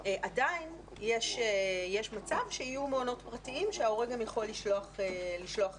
עדיין יש מצב שיהיו מעונות פרטיים שההורה גם יכול לשלוח אליהם,